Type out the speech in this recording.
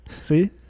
See